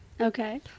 Okay